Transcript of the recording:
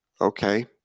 okay